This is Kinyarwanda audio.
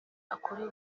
kuri